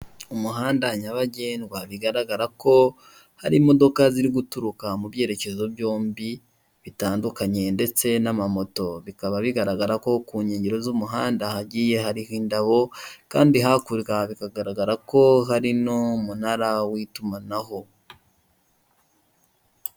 Umuhanda nyabagendwa hari imodoka ziri guturuka mu byerekezo byombi bitandukanye ndetse n'amamoto bikaba bigaragara ko nkengero z'umuhanda hariho indabo kandi hakurya bikagaragara ko hari n'umunara w'itumanaho.